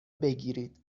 بگیرید